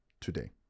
today